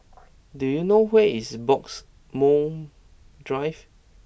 do you know where is Bloxhome Drive